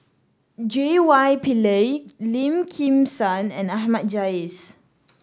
J Y Pillay Lim Kim San and Ahmad Jais